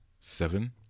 seven